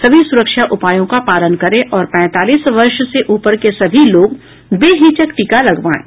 सभी सुरक्षा उपायों का पालन करें और पैंतालीस वर्ष से ऊपर के सभी लोग बेहिचक टीका लगवाएं